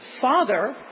father